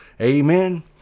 amen